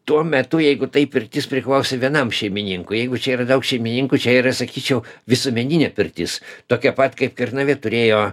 tuo metu jeigu tai pirtis priklausė vienam šeimininkui jeigu čia yra daug šeimininkų čia yra sakyčiau visuomeninė pirtis tokia pat kaip kernavė turėjo